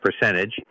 Percentage